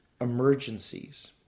Emergencies